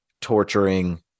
torturing